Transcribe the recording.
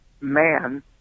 man